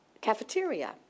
cafeteria